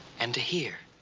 and to hear